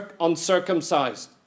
uncircumcised